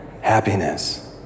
happiness